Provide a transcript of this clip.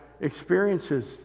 experiences